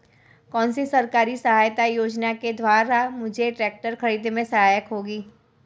कौनसी सरकारी सहायता योजना के द्वारा मुझे ट्रैक्टर खरीदने में सहायक होगी?